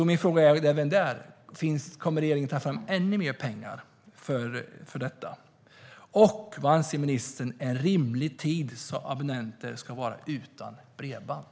Min fråga är: Kommer regeringen att ta fram ännu mer pengar för detta? Och vad anser ministern är en rimlig tid som abonnenter ska vara utan bredband?